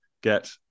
get